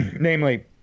Namely